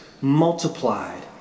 multiplied